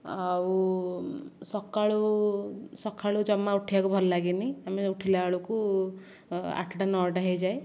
ଆଉ ସକାଳୁ ସକାଳୁ ଜମା ଉଠିବାକୁ ଭଲ ଲାଗେନି ଆମେ ଉଠିଲା ବେଳକୁ ଆଠଟା ନଅଟା ହୋଇଯାଏ